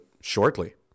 shortly